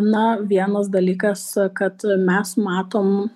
na vienas dalykas kad mes matom